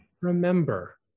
remember